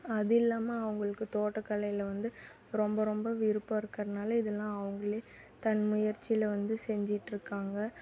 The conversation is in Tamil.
அது இல்லாமல் அவங்களுக்கு தோட்டக்கலையில் வந்து ரொம்ப ரொம்ப விருப்பம் இருக்கிறதுனால இதலாம் அவங்களே தன் முயற்சில் வந்து செஞ்சுட்டு இருக்காங்க